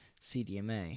CDMA